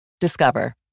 Discover